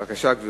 בבקשה, גברתי.